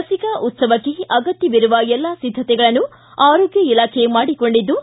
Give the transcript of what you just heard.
ಲಿಸಿಕಾ ಉತ್ಸವಕ್ಕೆ ಆಗತ್ಯವಿರುವ ಎಲ್ಲಾ ಸಿದ್ದತೆಗಳನ್ನು ಆರೋಗ್ಯ ಇಲಾಖೆ ಮಾಡಿಕೊಂಡಿದ್ದು